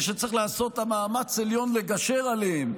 ושצריך לעשות מאמץ עליון לגשר עליהם,